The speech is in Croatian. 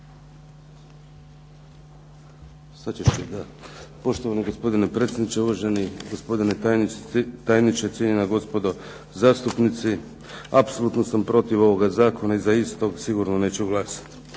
Damir (IDS)** Poštovani gospodine predsjedniče, uvaženi gospodine tajniče, cijenjena gospodo zastupnici. Apsolutno sam protiv ovog Zakona i za istog sigurno neću glasati.